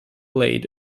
laid